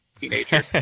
teenager